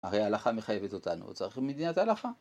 ‫הרי הלכה מחייבת אותנו, ‫צריך מדינת הלכה.